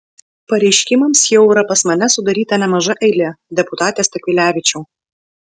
pareiškimams jau yra pas mane sudaryta nemaža eilė deputate stakvilevičiau